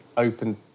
open